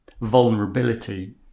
vulnerability